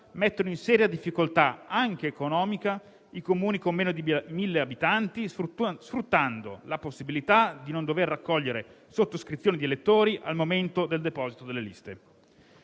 mettono in seria difficoltà anche economica i Comuni con meno di 1.000 abitanti, sfruttando la possibilità di non dover raccogliere sottoscrizioni di elettori al momento del deposito delle liste.